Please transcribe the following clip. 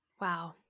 Wow